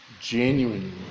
genuinely